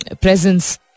presence